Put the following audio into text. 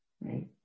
right